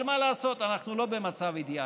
אבל מה לעשות, אנחנו לא במצב אידיאלי,